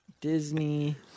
Disney